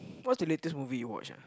what's the latest movie you watch ah